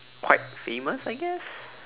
quite famous I guess